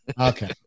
Okay